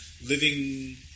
living